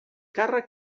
càrrec